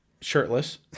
shirtless